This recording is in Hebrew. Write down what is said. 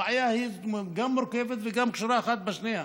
הבעיה היא גם מורכבת וגם קשורה אחת בשנייה.